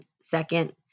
second